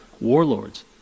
warlords